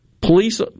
police